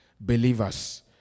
believers